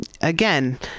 again